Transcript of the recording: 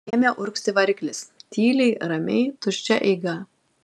ėmė urgzti variklis tyliai ramiai tuščia eiga